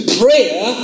prayer